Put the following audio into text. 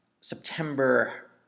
September